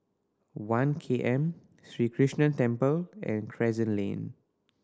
One K M Sri Krishnan Temple and Crescent Lane